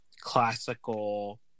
classical